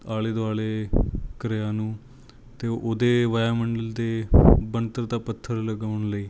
ਆਲੇ ਦੁਆਲੇ ਗ੍ਰਹਿਆਂ ਨੂੰ ਅਤੇ ਉਹਦੇ ਵਾਯੂਮੰਡਲ ਦੇ ਬਣਤਰ ਦਾ ਪੱਥਰ ਲਗਾਉਣ ਲਈ